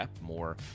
More